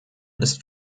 ist